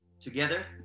together